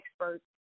experts